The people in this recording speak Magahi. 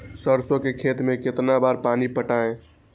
सरसों के खेत मे कितना बार पानी पटाये?